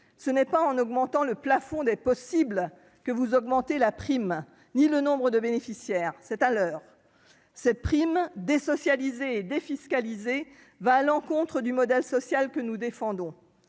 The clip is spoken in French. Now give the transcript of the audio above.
Ce n'est pas en augmentant le plafond des possibles que vous accroissez la prime ou le nombre de bénéficiaires ; c'est un leurre. Cette prime, désocialisée et défiscalisée, va à l'encontre du modèle social que nous défendons.